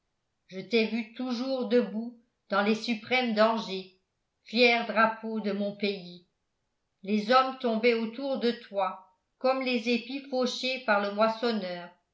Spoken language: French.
je t'ai vu toujours debout dans les suprêmes dangers fier drapeau de mon pays les hommes tombaient autour de toi comme les épis fauchés par le moissonneur